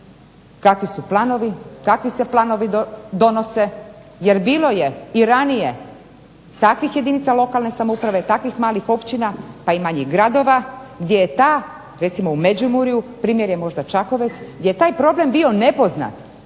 Takvi su planovi, takvi se planovi donose jer bilo je i ranije takvih jedinica lokalne samouprave, takvih malih općina pa i manjih gradova gdje je ta recimo u Međimurju primjer je možda Čakovec gdje je taj problem bio nepoznat.